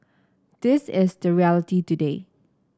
this is the reality today